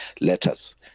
letters